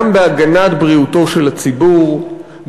גם בהגנה על בריאותו של הציבור,